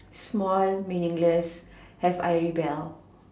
small meaningless have I rebelled